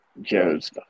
Joe's